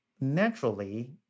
naturally